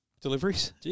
deliveries